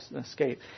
escape